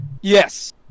Yes